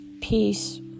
peace